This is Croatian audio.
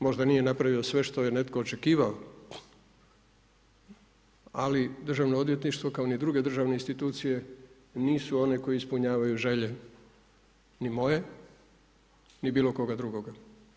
Možda nije napravio sve što je netko očekivao, ali državno odvjetništvo, kao ni druge državne institucije nisu one koje ispunjavaju želje, ni moje, ni bilo koga drugoga.